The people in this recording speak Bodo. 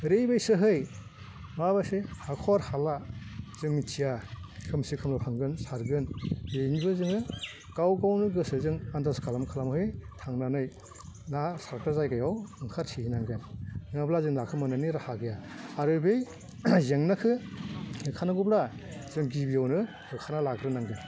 ओरैबायसाहै माबासो हाखर हाला जों मिथिया खोमसि खोमब्लाव थांगोन सारगोन बेनिबो जोङो गाव गावनो गोसोजों आनदाज खालाम खालामै थांनानै ना सारग्रा जायगायाव ओंखारथिनांगोन नङाब्ला जों नाखौ मोन्नायनि राहा गैया आरो बे जेंनाखौ होखारनांगौब्ला जों गिबियावनो होखारना लाग्रोनांगोन